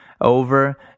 over